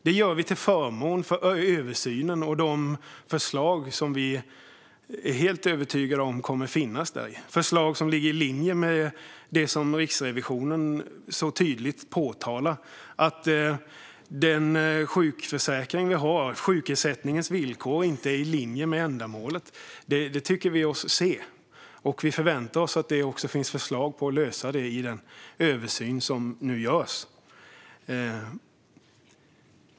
Det gör vi till förmån för översynen och de förslag som vi är helt övertygade om kommer att finnas där. Det är förslag som ligger i linje med det som Riksrevisionen så tydligt påtalat. Den sjukförsäkring vi har och sjukersättningens villkor är inte i linje med ändamålet. Det tycker vi oss se. Vi förväntar oss att det också finns förslag för att lösa det i den översyn som nu görs.